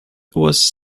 was